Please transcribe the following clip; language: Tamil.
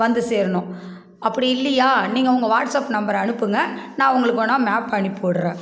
வந்து சேரனும் அப்படி இல்லையா நீங்கள் உங்கள் வாட்ஸ்ஆப் நம்பரை அனுப்புங்க நான் உங்களுக்கு வேணுணா மேப் அனுப்பிவிட்டுறேன்